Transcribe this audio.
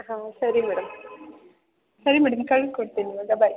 ಹಾಂ ಸರಿ ಮೇಡಮ್ ಸರಿ ಮೇಡಮ್ ಕಳ್ಸಿ ಕೊಡ್ತೀನಿ ಇವಾಗ ಬಾಯ್